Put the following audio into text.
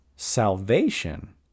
salvation